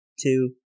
two